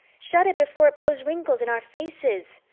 shut it before it blows wrinkles in our faces,